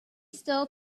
still